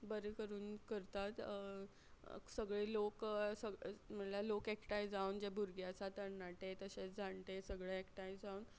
बरे करून करतात सगळे लोक स म्हळ्ळ्यार लोक एकठांय जावन जे भुरगे आसा तरणाटे तशेंच जाणटे सगळे एकठांय जावन